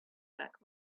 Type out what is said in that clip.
back